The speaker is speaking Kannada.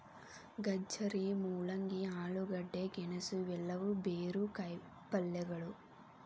ಗಜ್ಜರಿ, ಮೂಲಂಗಿ, ಆಲೂಗಡ್ಡೆ, ಗೆಣಸು ಇವೆಲ್ಲವೂ ಬೇರು ಕಾಯಿಪಲ್ಯಗಳು